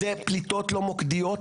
זה פליטות לא מוקדיות,